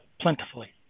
plentifully